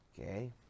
Okay